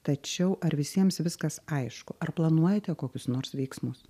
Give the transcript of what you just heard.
tačiau ar visiems viskas aišku ar planuojate kokius nors veiksmus